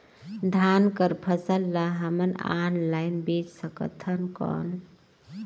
धान कर फसल ल हमन ऑनलाइन बेच सकथन कौन?